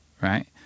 right